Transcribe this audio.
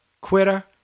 quitter